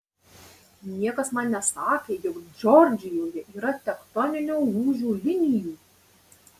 niekas man nesakė jog džordžijoje yra tektoninio lūžio linijų